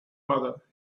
mother